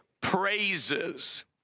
praises